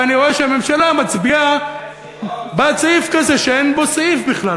ואני רואה שהממשלה מצביעה בעד סעיף כזה שאין בו סעיף בכלל.